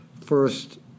first